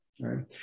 right